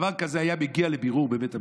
דבר כזה היה מגיע לבירור בבית המשפט.